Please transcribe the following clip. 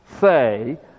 say